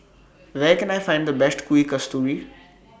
Where Can I Find The Best Kuih Kasturi